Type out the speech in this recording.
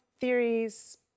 theories